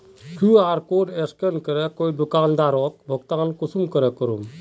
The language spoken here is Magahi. कियु.आर कोड स्कैन करे कोई दुकानदारोक भुगतान कुंसम करे करूम?